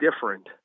different